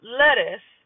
lettuce